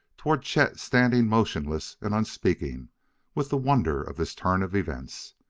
toward chet standing motionless and unspeaking with the wonder of this turn of events.